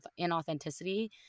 inauthenticity